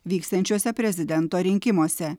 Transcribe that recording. vyksiančiuose prezidento rinkimuose